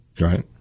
right